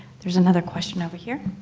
there is another question over here.